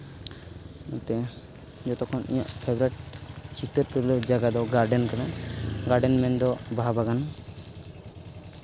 ᱱᱚᱛᱮ ᱡᱚᱛᱚ ᱠᱷᱚᱱ ᱤᱧᱟᱹᱜ ᱯᱷᱮᱵᱟᱨᱤᱴ ᱪᱤᱛᱟᱹᱨ ᱛᱩᱞᱟᱹᱣ ᱡᱟᱭᱜᱟ ᱫᱚ ᱜᱟᱨᱰᱮᱱ ᱠᱟᱱᱟ ᱜᱟᱨᱰᱮᱱ ᱢᱮᱱᱫᱚ ᱵᱟᱦᱟ ᱵᱟᱜᱟᱱ